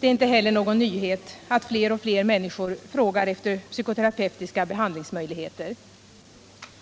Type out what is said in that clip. Det är inte heller någon nyhet att fler och fler människor frågar efter psykoterapeutiska behandlingsmöjligheter.